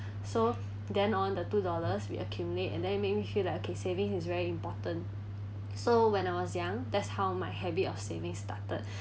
so then on the two dollars we accumulate and then it make me feel like saving is very important so when I was young that's how my habit of saving started